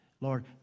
Lord